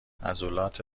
عضلات